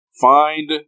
find